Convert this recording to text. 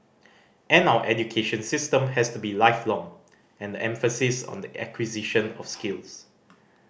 and our education system has to be lifelong and the emphasis on the acquisition of skills